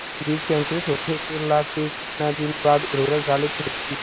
बिज के अंकुरित होखेला के कितना दिन बाद उर्वरक डाले के होखि?